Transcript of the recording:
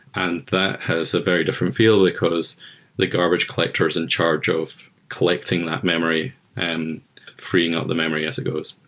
and that has a very different feel because the garbage collector is in charge of collecting that memory and freeing up the memory as it goes.